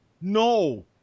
No